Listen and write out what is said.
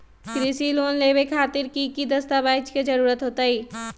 कृषि लोन लेबे खातिर की की दस्तावेज के जरूरत होतई?